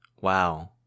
Wow